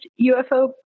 UFO